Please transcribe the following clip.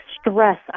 stress